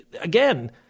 again